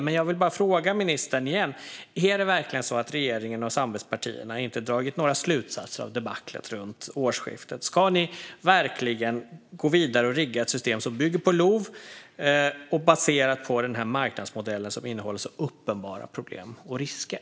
Men jag vill bara fråga ministern igen: Är det verkligen så att regeringen och samarbetspartierna inte har dragit några slutsatser av debaclet runt årsskiftet? Ska ni verkligen gå vidare och rigga ett system som bygger på LOV och är baserat på den här marknadsmodellen, som innehåller så uppenbara problem och risker?